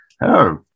Hello